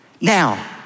Now